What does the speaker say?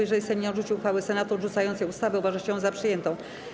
Jeżeli Sejm nie odrzuci uchwały Senatu odrzucającej ustawę, uważa się ją za przyjętą.